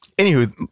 Anywho